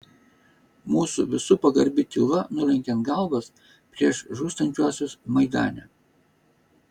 mūsų visų pagarbi tyla nulenkiant galvas prieš žūstančiuosius maidane